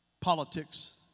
politics